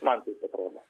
man taip atrodo